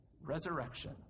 resurrection